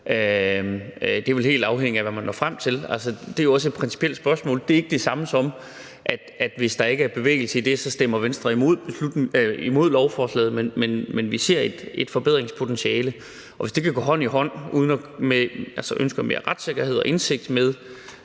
Det vil helt afhænge af, hvad man når frem til. Altså, det er jo også et principielt spørgsmål. Det er ikke det samme, som at Venstre stemmer imod lovforslaget, hvis der ikke er bevægelse i det, men vi ser i et forbedringspotentiale, og hvis det kan gå hånd i hånd med ønsket om mere retssikkerhed og indsigt og